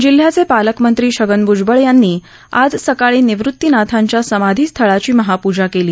जिल्ह्याचे पालकमंत्री छगन भ्जबळ यांनी आज सकाळी निवृत्तीनाथांच्या समाधी स्थळाची महापूजा केली